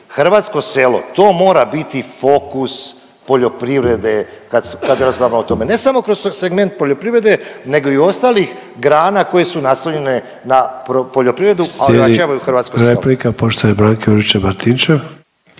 hrvatsko selo to mora biti fokus poljoprivrede kad razgovaramo o tome ne samo kroz segment poljoprivrede nego i ostalih grana koje su naslonjene na poljoprivredu, a u načelu i hrvatsko selo. **Sanader, Ante (HDZ)** Slijedi